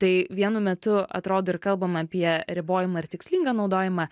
tai vienu metu atrodo ir kalbam apie ribojimą ir tikslingą naudojimą